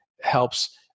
helps